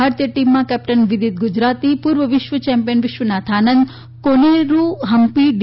ભારતીય ટીમમાં કેપ્ટન વીદીત ગુજરાતી પુર્વ વિશ્વ ચેમ્પીયન વિશ્વનાથ આનંદ કોનેરૂ હમ્પી ડી